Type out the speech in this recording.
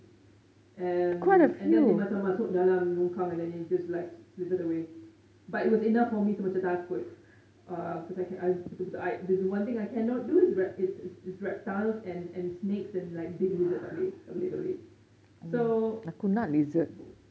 and and then dia macam masuk dalam longkang and then it just like slithered away but it was enough for me to macam takut uh because I can't I betul betul there's one thing I cannot do is reptiles and and snakes and like big lizards tak boleh tak boleh tak boleh so